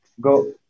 go